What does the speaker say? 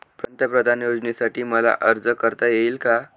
पंतप्रधान योजनेसाठी मला अर्ज करता येईल का?